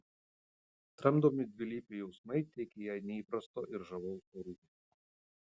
tramdomi dvilypiai jausmai teikia jai neįprasto ir žavaus orumo